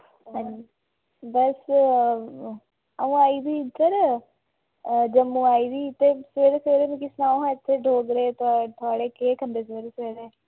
बस आ'ऊं आई दी इद्धर जम्मू आई दी ते सवेरे सवेरे मिकी सनाओ हां इत्थे डोगरे थोआढ़े केह् खंदे सवेरे सवेरे